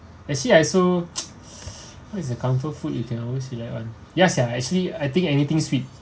actually I so what is a comfort food you can always rely on yes ya actually I think anything sweet